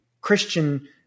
Christian